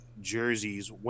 Jersey's